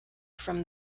from